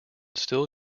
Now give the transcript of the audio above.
still